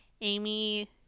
amy